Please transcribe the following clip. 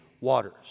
waters